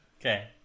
Okay